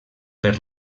per